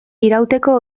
irauteko